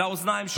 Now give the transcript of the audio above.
לאוזניים שלי.